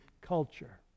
culture